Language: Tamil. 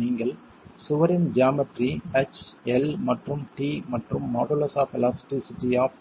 நீங்கள் சுவரின் ஜாமெட்ரி h L மற்றும் t மற்றும் மாடுலஸ் ஆப் எலாஸ்டிஸிட்டி ஆப்